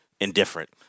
indifferent